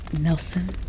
Nelson